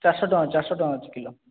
ଚାରିଶହ ଟଙ୍କା ଚାରିଶହ ଟଙ୍କା ଅଛି କିଲୋ